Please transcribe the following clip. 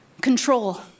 control